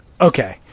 Okay